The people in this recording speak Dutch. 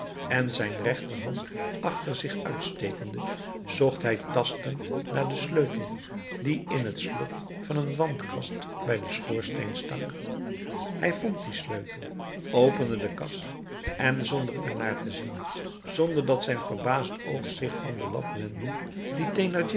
en zijn rechterhand achter zich uitstekende zocht hij tastend naar den sleutel die in het slot van een wandkast bij den schoorsteen stak hij vond dien sleutel opende de kast en zonder er naar te zien zonder dat zijn verbaasd oog zich van de lap wendde die